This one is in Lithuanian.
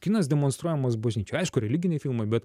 kinas demonstruojamas bažnyčioj aišku religiniai filmai bet